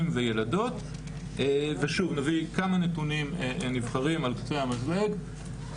וילדות ושוב נביא כמה נתונים נבחרים על קצה המזלג.